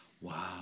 Wow